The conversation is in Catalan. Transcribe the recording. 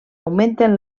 augmenten